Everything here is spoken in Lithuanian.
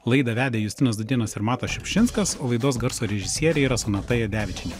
laidą vedė justinas dūdėnas ir matas šiupšinskas laidos garso režisierė yra sonata jadevičienė